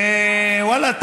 ואללה,